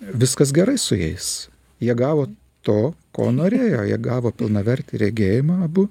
viskas gerai su jais jie gavo to ko norėjo jie gavo pilnavertį regėjimą abu